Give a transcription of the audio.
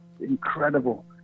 incredible